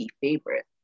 favorite